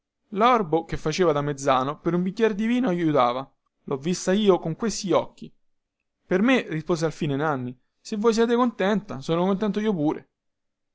lorbo che faceva da mezzano per un bicchier di vino aiutava lho vista io con questi occhi per me rispose alfine nanni se voi siete contenta sono contento io pure